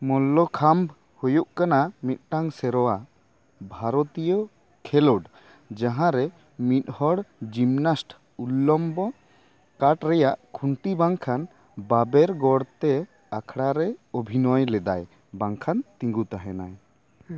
ᱢᱚᱞᱞᱚᱠᱷᱟᱢ ᱦᱩᱭᱩᱜ ᱠᱟᱱᱟ ᱢᱤᱫᱴᱟᱝ ᱥᱮᱨᱣᱟ ᱵᱷᱟᱨᱚᱛᱤᱭᱚ ᱠᱷᱮᱞᱳᱰ ᱡᱟᱦᱟᱸᱨᱮ ᱢᱤᱫᱦᱚᱲ ᱡᱤᱢᱱᱟᱥᱴ ᱩᱞᱞᱚᱢᱵᱚ ᱠᱟᱴ ᱨᱮᱭᱟᱜ ᱠᱷᱩᱱᱴᱤ ᱵᱟᱝᱠᱷᱟᱱ ᱵᱟᱵᱮᱨ ᱜᱚᱲᱛᱮ ᱟᱠᱷᱟᱨᱮᱭ ᱚᱵᱷᱤᱱᱚᱭ ᱞᱮᱫᱟᱭ ᱵᱟᱝᱠᱷᱟᱱ ᱛᱤᱸᱜᱩ ᱛᱟᱦᱮᱱᱟᱭ